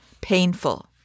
painful